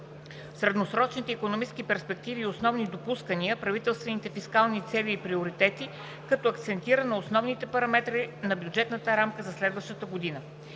средносрочните икономически перспективи и основни допускания, правителствените фискални цели и приоритети, като акцентира на основните параметри на бюджетната рамка за следващата година.